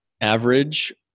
average